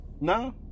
No